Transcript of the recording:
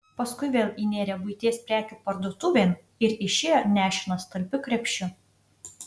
paskui vėl įnėrė buities prekių parduotuvėn ir išėjo nešinas talpiu krepšiu